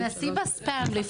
אני אקריא את ההודעה: